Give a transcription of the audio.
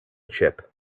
chip